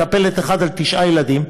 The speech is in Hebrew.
מטפלת אחת על תשעה ילדים,